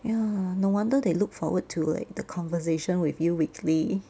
ya no wonder they look forward to like the conversation with you weekly